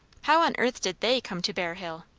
how on earth did they come to bear hill?